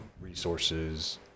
resources